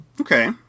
Okay